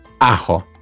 ajo